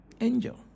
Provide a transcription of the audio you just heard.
Angel